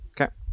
Okay